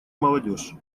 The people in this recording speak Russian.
молодежь